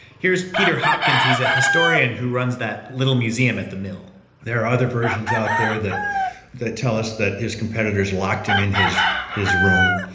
here's peter hopkins. he's a historian who runs that little museum at the mill there are other versions out there that tell us that his competitors locked him in his his room.